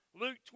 Luke